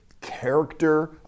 character